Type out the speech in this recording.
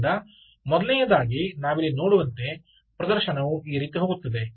ಆದ್ದರಿಂದ ಮೊದಲನೆಯದಾಗಿ ನಾವಿಲ್ಲಿ ನೋಡುವಂತೆ ಪ್ರದರ್ಶನವು ಈ ರೀತಿ ಹೋಗುತ್ತದೆ